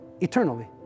eternally